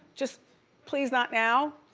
just please not now.